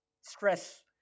stress